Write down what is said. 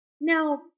Now